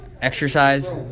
exercise